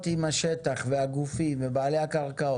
עם השטח ועם הגופים ועם בעלי הקרקעות,